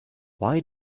why